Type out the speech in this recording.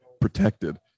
protected